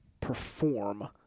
perform